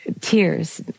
tears